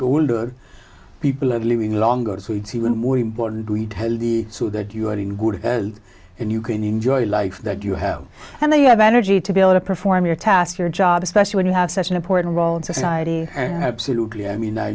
colder people are living longer it's even more important to eat healthy so that you are in good and you can enjoy life that you have and they have energy to be able to perform your task your job especially when you have such an important role in society absolutely i mean